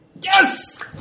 Yes